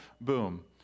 boom